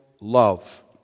love